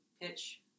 pitch